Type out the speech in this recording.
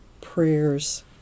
prayers